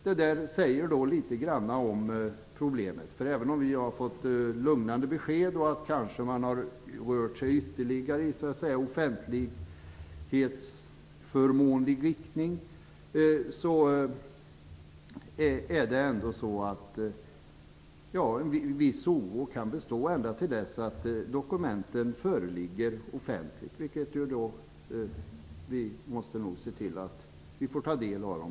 Det säger litet grand om problemet. Även om vi har lugnande besked om att EU har rört sig ytterligare i offentlighetsförmånlig riktning kan en viss oro bestå ända till dess dokumenten föreligger offentligt. Vi måste se till att vi får ta del av dem.